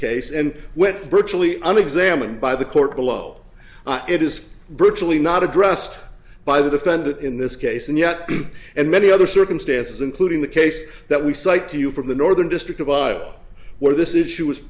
case and when virtually an exam and by the court below it is virtually not addressed by the defendant in this case and yet and many other circumstances including the case that we cite to you from the northern district of ohio where this issue